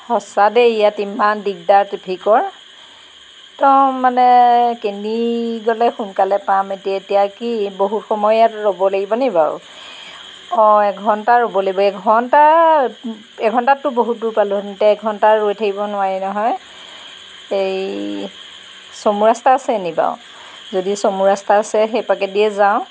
সঁচা দেই ইয়াত ইমান দিগদাৰ ট্ৰেফিকৰ একদম মানে কেনি গ'লে সোনকালে পাম এতিয়া এতিয়া কি বহুত সময় ইয়াত ৰ'ব লাগিব নি বাৰু অঁ এঘণ্টা ৰ'ব লাগিব এঘণ্টা এঘণ্টাততো বহুত দূৰ পালোহেঁতেন এতিয়া এঘণ্টা ৰৈ থাকিব নোৱাৰি নহয় এই চমু ৰাস্তা আছে নি বাৰু যদি চমু ৰাস্তা আছে সেইপাকেদিয়ে যাওঁ